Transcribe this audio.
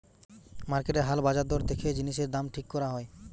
মার্কেটের হাল বাজার দর দেখে জিনিসের দাম ঠিক করা হয়